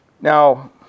Now